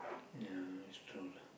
ya it's true lah